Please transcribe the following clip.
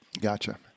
gotcha